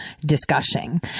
discussing